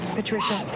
Patricia